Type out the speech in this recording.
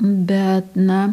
bet na